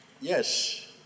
Yes